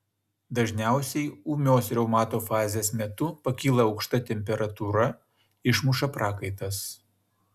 dažniausiai ūmios reumato fazės metu pakyla aukšta temperatūra išmuša prakaitas